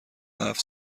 هفت